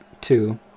two